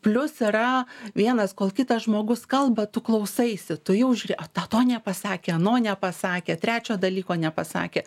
plius yra vienas kol kitas žmogus kalba tu klausaisi tu jau žiūri ar tau to nepasakė ano nepasakė trečio dalyko nepasakė